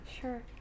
Sure